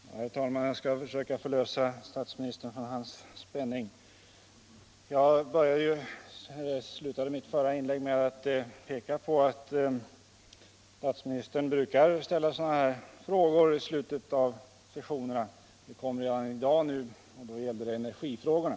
Herr talman! Jag skall försöka förlösa statsministern från hans spänning. Jag slutade mitt förra inlägg med att påpeka att statsministern brukar ställa sådana här frågor i slutet av sessionerna. Den här gången kommer han tidigare, och då gäller det energifrågorna.